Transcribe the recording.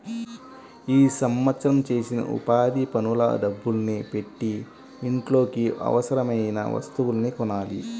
ఈ సంవత్సరం చేసిన ఉపాధి పనుల డబ్బుల్ని పెట్టి ఇంట్లోకి అవసరమయిన వస్తువుల్ని కొనాలి